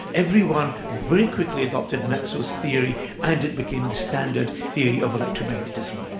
everyone very quickly adopted maxwell's theory and it became the standard theory of electromagnetism.